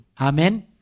Amen